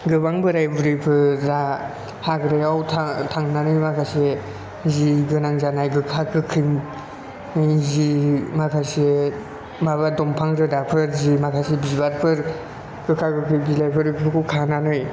गोबां बोराय बुरिफोरा हाग्रायाव था थांनानै माखासे जि गोनां जानाय गोखा गोखैनि जि माखासे माबा दंफां रोदाफोर जि माखासे बिबारफोर गोखा गोखै बिलाइफोर बेफोरखौ खानानै